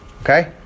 Okay